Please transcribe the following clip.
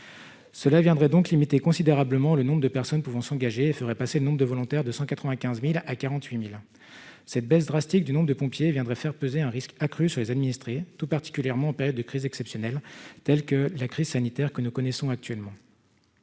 cela viendrait donc limiter considérablement le nombre de personnes pouvant s'engager ferait passer le nombre de volontaires de 195000 à 48000 cette baisse drastique du nombre de pompiers viendrait faire peser un risque accru sur les administrés, tout particulièrement en période de crise exceptionnelle, tels que la crise sanitaire que nous connaissons actuellement